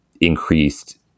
increased